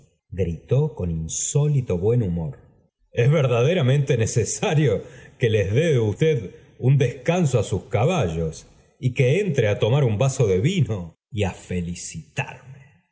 gritó con insólito buen humor es verdaderamente necesario que les dé usted un descanso á sus caballos y que entre á tomar un vaso de vino y á felicitarme